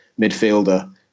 midfielder